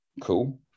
Cool